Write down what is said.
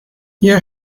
your